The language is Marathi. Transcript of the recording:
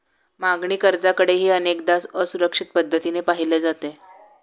मागणी कर्जाकडेही अनेकदा असुरक्षित पद्धतीने पाहिले जाते